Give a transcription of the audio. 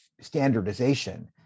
standardization